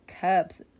cups